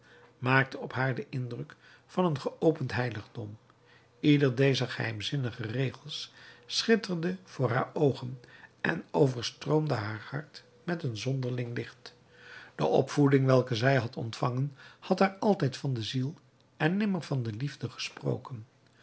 maakte op haar den indruk van een geopend heiligdom ieder dezer geheimzinnige regels schitterde voor haar oogen en overstroomde haar hart met een zonderling licht de opvoeding welke zij had ontvangen had haar altijd van de ziel en nimmer van de liefde gesproken